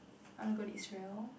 I want to go to Israel